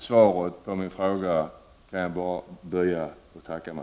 Svaret på min fråga kan jag bara buga och tacka för.